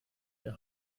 der